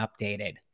updated